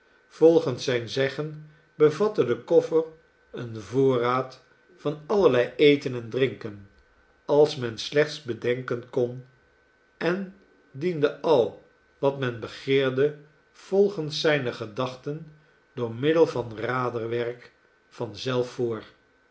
volgens zijn zeggen bevatte de koffer een voorraad van allerlei eten en drinken als men slechts bedenken kon en diende al wat men begeerde volgens zijne gedachten door middel van raderwerk van